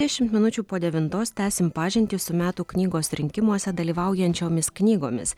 dešimt minučių po devintos tęsim pažintį su metų knygos rinkimuose dalyvaujančiomis knygomis